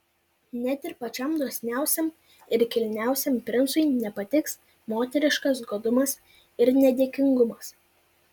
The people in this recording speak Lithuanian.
net ir pačiam dosniausiam ir kilniausiam princui nepatiks moteriškas godumas ir nedėkingumas